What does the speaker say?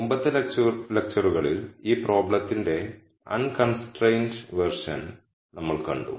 മുമ്പത്തെ ലെക്ച്ചറുകളിൽ ഈ പ്രോബ്ളത്തിന്റെ അൺകൺസ്ട്രൈൻഡ് വേർഷൻ നമ്മൾ കണ്ടു